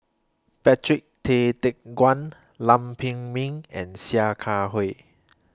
Patrick Tay Teck Guan Lam Pin Min and Sia Kah Hui